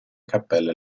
cappelle